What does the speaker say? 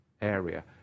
area